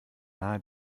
nahe